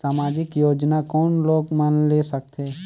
समाजिक योजना कोन लोग मन ले सकथे?